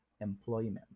employment